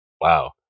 Wow